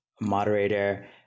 moderator